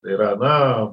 tai yra na